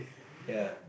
yea